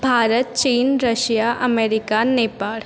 भारत चीन Russia America Nepal